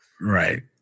Right